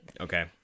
Okay